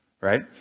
Right